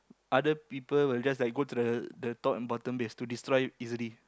other people will just like go to the top and bottom base to destroy easily